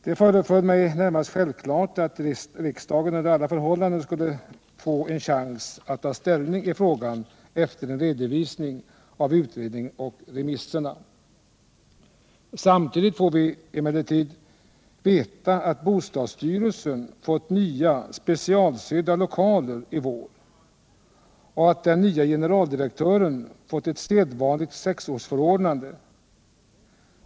Det föreföll mig närmast självklart att riksdagen under alla förhållanden skulle få en chans att ta ställning i frågan efter en redovisning av utredningen och remisserna. Samtidigt får man emellertid veta att bostadsstyrelsen får nya specialsydda lokaler i vår och att den nye generaldirektören får ett sedvanligt sexårsförordnande.